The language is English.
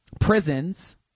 prisons